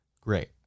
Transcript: great